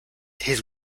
his